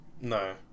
No